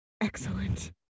excellent